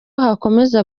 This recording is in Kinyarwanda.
hakomeza